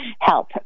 help